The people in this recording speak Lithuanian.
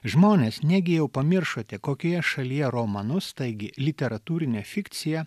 žmonės negi jau pamiršote kokioje šalyje romanus taigi literatūrinę fikciją